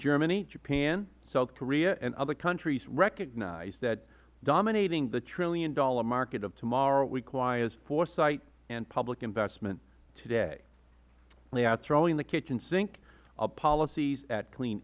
germany japan south korea and other countries recognize that dominating the one dollar trillion market of tomorrow requires foresight and public investment today they are throwing the kitchen sink of policies at clean